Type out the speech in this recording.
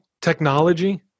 technology